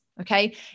okay